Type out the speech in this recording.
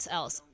else